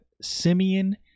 Simeon